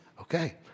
okay